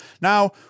Now